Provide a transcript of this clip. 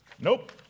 Nope